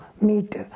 meet